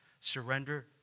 surrender